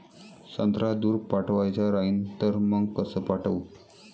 संत्रा दूर पाठवायचा राहिन तर मंग कस पाठवू?